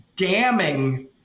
damning